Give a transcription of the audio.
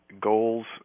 goals